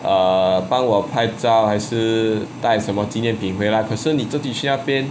err 帮我拍照还是带什么纪念品回来可是你自己去那边